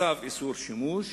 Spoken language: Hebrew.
צו איסור שימוש,